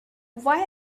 why